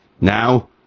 Now